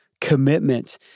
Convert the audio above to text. commitment